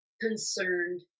concerned